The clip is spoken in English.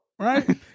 right